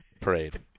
parade